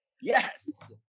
Yes